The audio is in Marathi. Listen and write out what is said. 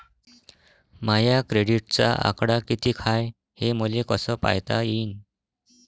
माया क्रेडिटचा आकडा कितीक हाय हे मले कस पायता येईन?